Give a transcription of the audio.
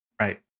Right